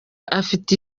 afite